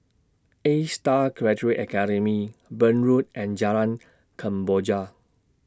A STAR Graduate Academy Burn Road and Jalan Kemboja